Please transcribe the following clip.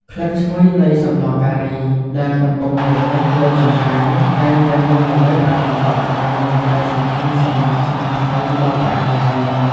ក្លិនឈ្ងុយនៃ "សម្លការី" ដែលកំពុងរម្ងាស់លើចង្ក្រាន តែងតែនាំមកនូវអារម្មណ៍កក់ក្ដៅ និងក្ដីសង្ឃឹមសម្រាប់ឆ្នាំថ្មីដ៏ផ្អែមល្ហែម។